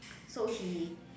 so he